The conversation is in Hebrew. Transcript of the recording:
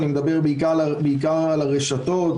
ואני מדבר בעיקר על הרשתות,